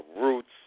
roots